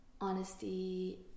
honesty